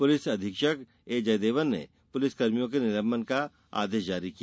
police अधीक्षक A Jayadevan ने पुलिसकर्मयिों के निलंबन का आदेष जारी किया